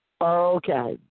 Okay